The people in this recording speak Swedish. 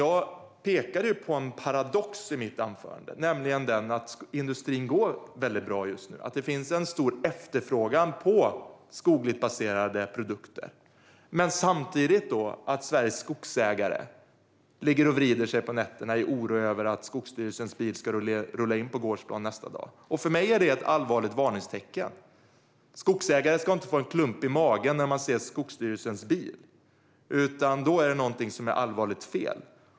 Jag pekade på en paradox i mitt anförande, nämligen den att industrin går väldigt bra just nu - det finns en stor efterfrågan på skogligt baserade produkter - men samtidigt ligger Sveriges skogsägare och vrider sig på nätterna i oro över att Skogsstyrelsens bil ska rulla in på gårdsplanen nästa dag. För mig är det ett allvarligt varningstecken. Skogsägare ska inte få en klump i magen när de ser Skogsstyrelsens bil. Då är det någonting som är allvarligt fel.